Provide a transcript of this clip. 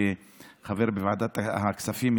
שחבר בוועדת הכספים,